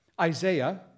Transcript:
Isaiah